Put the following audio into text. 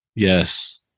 Yes